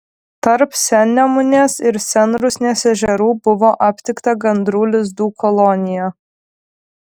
tarp sennemunės ir senrusnės ežerų buvo aptikta gandrų lizdų kolonija